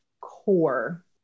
core